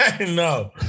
No